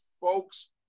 folks